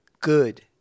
Good